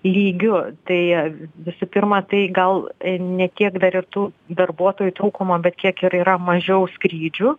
lygiu tai visų pirma tai gal ne tiek dar ir tų darbuotojų trūkumo bet kiek ir yra mažiau skrydžių